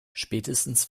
spätestens